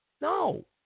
No